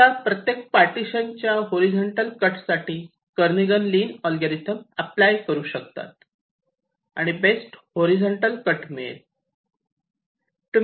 आता प्रत्येक पार्टिशनच्या हॉरिझॉन्टल कट साठी केर्निघन लिन एल्गोरिदम अप्लाय करू शकतात आणि बेस्ट हॉरिझॉन्टल कट मिळेल